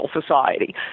society